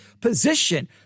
position